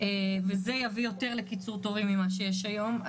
וזה יביא יותר לקיצור תורים ממה שיש היום.